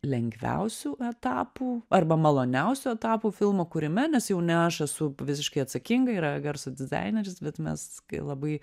lengviausių etapų arba maloniausių etapų filmo kūrime nes jau ne aš esu visiškai atsakinga yra garso dizaineris bet mes kai labai